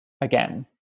again